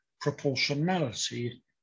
proportionality